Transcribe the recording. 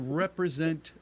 represent